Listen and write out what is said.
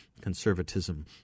conservatism